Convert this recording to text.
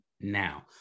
now